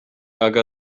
aga